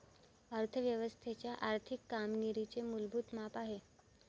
अर्थ व्यवस्थेच्या आर्थिक कामगिरीचे मूलभूत माप आहे